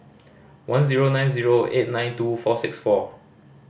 one zero nine zero eight nine two four six four